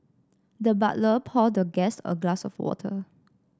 the butler poured the guest a glass of water